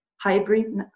hybrid